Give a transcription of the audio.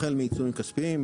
החל מעיצומים כספיים,